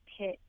pit